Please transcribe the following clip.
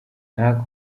nta